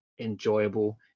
enjoyable